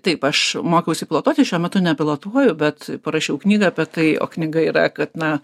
taip aš mokiausi pilotuoti šiuo metu nepilotuoju bet parašiau knygą apie tai o knyga yra kad na